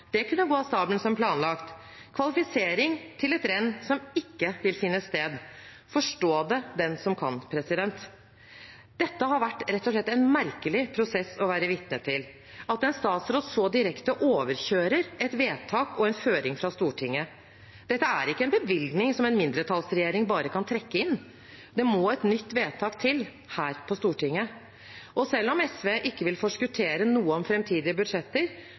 Det kunne gå av stabelen som planlagt – kvalifisering til et renn som ikke vil finne sted. Forstå det den som kan. Dette har rett og slett vært en merkelig prosess å være vitne til – at en statsråd så direkte overkjører et vedtak og en føring fra Stortinget. Dette er ikke en bevilgning en mindretallsregjering bare kan trekke inn. Det må et nytt vedtak til her på Stortinget. Selv om SV ikke vil forskuttere noe om framtidige budsjetter,